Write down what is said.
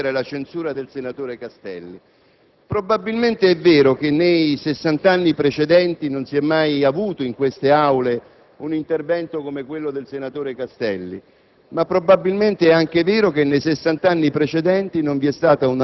che ha mostrato una grande indignazione sul punto, addirittura arrivando a chiedere la censura del senatore Castelli. Probabilmente è vero che nei sessant'anni precedenti non vi è mai stato in queste Aule un intervento come quello del senatore Castelli,